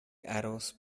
arrows